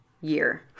year